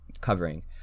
covering